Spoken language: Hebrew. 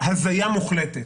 הזיה מוחלטת.